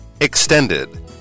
Extended